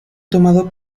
tomado